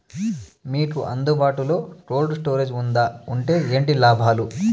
మీకు అందుబాటులో బాటులో కోల్డ్ స్టోరేజ్ జే వుందా వుంటే ఏంటి లాభాలు?